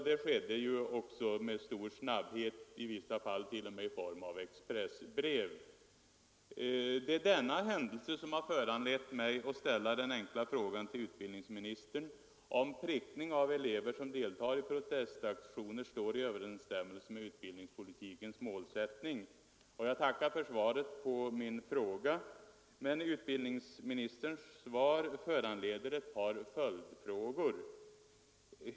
Detta skedde också med stor snabbhet — i vissa fall i form av expressbrev till eleverna. Det är denna händelse som föranlett mig att ställa min enkla fråga till utbildningsministern om prickning av elever, som deltar i protestaktioner, står i överensstämmelse med utbildningspolitikens målsättning. Jag tackar för utbildningsministerns svar på min fråga, men det föranleder ett par följdfrågor.